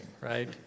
right